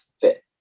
fit